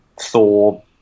Thor